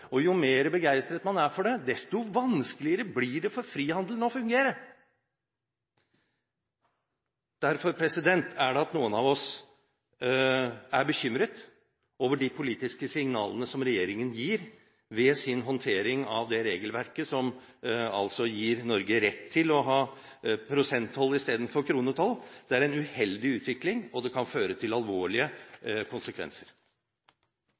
og jo mer begeistret man er for det, desto vanskeligere blir det for frihandelen å fungere. Derfor er det noen av oss som er bekymret over de politiske signalene som regjeringen gir ved sin håndtering av regelverket som gir Norge rett til å ha prosenttoll istedenfor kronetoll. Det er en uheldig utvikling, og det kan få alvorlige konsekvenser.